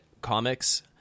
comics